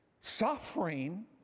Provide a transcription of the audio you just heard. Suffering